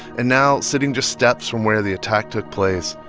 and now, sitting just steps from where the attack took place,